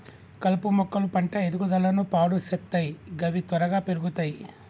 కలుపు మొక్కలు పంట ఎదుగుదలను పాడు సేత్తయ్ గవి త్వరగా పెర్గుతయ్